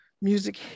music